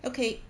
okay